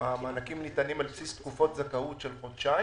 המענקים ניתנים על בסיס תקופות זכאות של חודשיים.